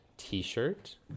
T-shirt